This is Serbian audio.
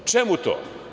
Čemu to?